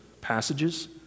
passages